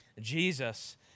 Jesus